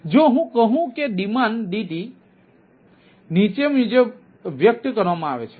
જો હું કહું કે ડિમાન્ડ ડીટી DTનીચે મુજબ વ્યક્ત કરવામાં આવે છે